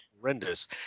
horrendous